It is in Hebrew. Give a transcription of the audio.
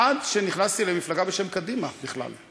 עד שנכנסתי למפלגה בשם קדימה בכלל.